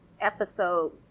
episode